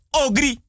ogri